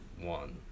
one